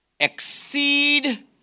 Exceed